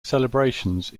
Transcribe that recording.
celebrations